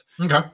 okay